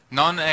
non